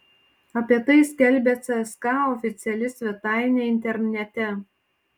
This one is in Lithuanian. apie tai skelbia cska oficiali svetainė internete